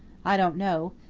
i don't know.